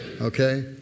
Okay